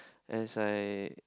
as I